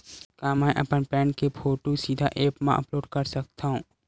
का मैं अपन पैन के फोटू सीधा ऐप मा अपलोड कर सकथव?